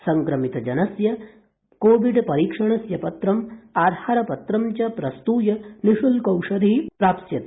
संक्रमित जनस्य कोविड परीक्षणस्य पत्रम् आधारपत्रं च प्रस्तूय निशुल्कौषधिः प्राप्स्यते